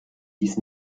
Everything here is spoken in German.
dies